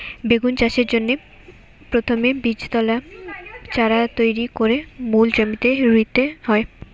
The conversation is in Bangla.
বেগুন চাষের জন্যে প্রথমে বীজতলায় চারা তৈরি কোরে মূল জমিতে রুইতে হয়